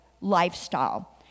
lifestyle